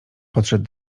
podszedł